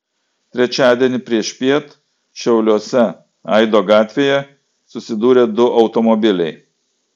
trečiadienį priešpiet šiauliuose aido gatvėje susidūrė du automobiliai